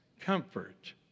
comfort